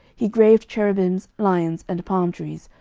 he graved cherubims, lions, and palm trees,